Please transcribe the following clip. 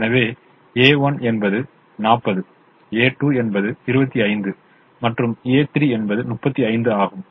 எனவே a1 என்பது 40 a2 என்பது 25 மற்றும் a3 என்பது 35 ஆகும்